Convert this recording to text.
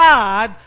God